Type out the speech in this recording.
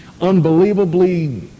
unbelievably